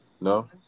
No